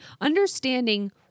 understanding